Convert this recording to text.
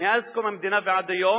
מאז קום המדינה ועד היום,